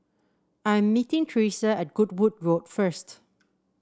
I'm meeting Teresa at Goodwood Road first